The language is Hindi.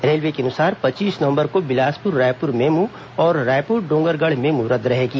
रेलवे के अनुसार पच्चीस नवंबर को बिलासपुर रायपुर मेमू और रायपुर डोंगरगढ़ मेमू रद्द रहेगी